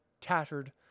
tattered